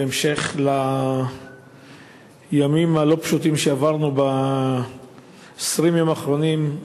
בהמשך לימים הלא-פשוטים שעברנו ב-20 היום האחרונים.